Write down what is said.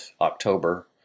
October